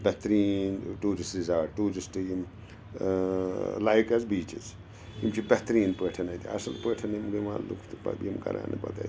بہتریٖن ٹوٗرِسٹ زایہِ ٹوٗرِسٹ یِم لایک حظ بیٖچٕس یِم چھِ بہتریٖن پٲٹھۍ اَتہِ اَصٕل پٲٹھۍ یِم دِوان لُکھ تہِ پَتہٕ یِم کَران نہٕ پَتہٕ اَتہِ